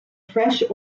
fresh